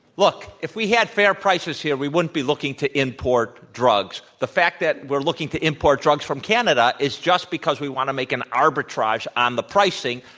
look, if we had fair prices here, we wouldn't be looking to import drugs. the fact that we're looking to import drugs from canada is just because we want to make an arbitrage on the pricing,